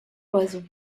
was